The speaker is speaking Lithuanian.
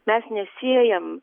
mes nesiejam